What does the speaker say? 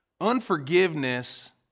unforgiveness